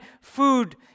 food